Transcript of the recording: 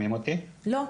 לא,